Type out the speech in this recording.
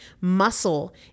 Muscle